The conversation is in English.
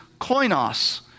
koinos